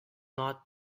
not